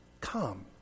come